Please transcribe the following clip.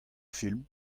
film